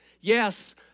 Yes